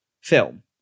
film